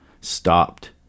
stopped